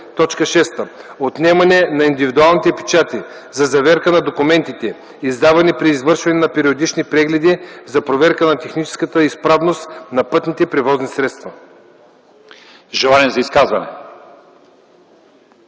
отнемане на индивидуалните печати за заверка на документите, издавани при извършване на периодични прегледи за проверка на техническата изправност на пътните превозни средства”.” ПРЕДСЕДАТЕЛ